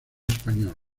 español